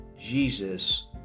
Jesus